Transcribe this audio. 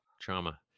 Trauma